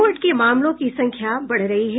Covid के मामलों की संख्या बढ़ रही है